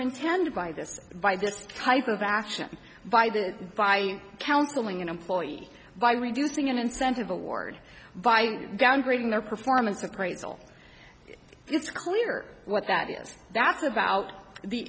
intended by this by this type of action by the by counseling an employee by reducing an incentive award by downgrading their performance appraisal it's clear what that is that's about the